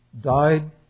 died